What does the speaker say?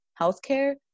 healthcare